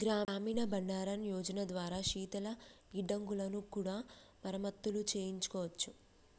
గ్రామీణ బండారన్ యోజన ద్వారా శీతల గిడ్డంగులను కూడా మరమత్తులు చేయించుకోవచ్చు